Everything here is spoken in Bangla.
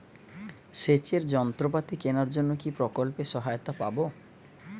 সেচের যন্ত্রপাতি কেনার জন্য কি প্রকল্পে সহায়তা পাব?